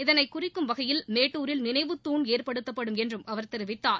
இதனை குறிக்கும் வகையில் மேட்டூரில் நினைவு தூண் ஏற்படுத்தப்படும் என்றும் அவர் தெரிவித்தார்